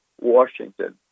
Washington